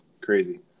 Crazy